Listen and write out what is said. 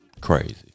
Crazy